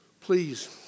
please